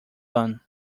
bun